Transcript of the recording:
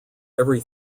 every